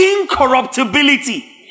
incorruptibility